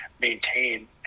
maintain